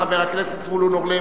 חבר הכנסת זבולון אורלב,